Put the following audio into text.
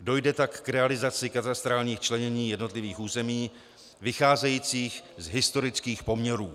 Dojde tak k realizaci katastrálních členění jednotlivých území vycházejících z historických poměrů.